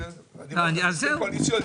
זה הסכם קואליציוני.